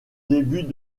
début